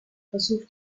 versucht